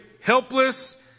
helpless